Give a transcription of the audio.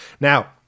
Now